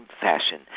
fashion